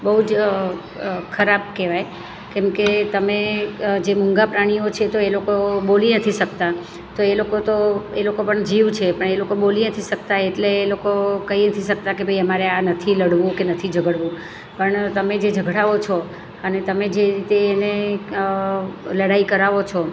બહુ જ ખરાબ કહેવાય કેમ કે તમે જે મૂંગા પ્રાણીઓ છે તો એ લોકો બોલી નથી શકતા તો એ લોકો તો એ લોકો પણ જીવ છે પણ એ લોકો બોલી નથી શકતા એટલે એ લોકો કઈ નથી શકતા કે ભાઈ અમારે આ નથી લડવું કે નથી ઝગડવું પણ તમે જે ઝગડાવો છો અને તમે જે રીતે એને લડાઈ કરાવો છો